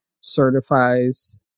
certifies